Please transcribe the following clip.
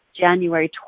January